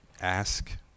ask